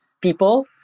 people